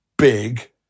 big